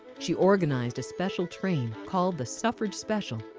she organized a special train, called the suffrage special,